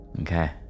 Okay